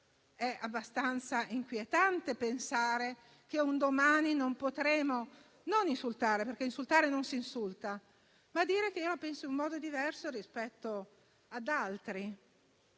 È abbastanza inquietante pensare che un domani non potremo non dico insultare, perché quello non si deve fare, ma dire che la si pensa in modo diverso rispetto ad altri,